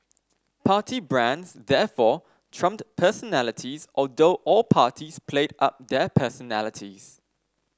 party brands therefore trumped personalities although all parties played up their personalities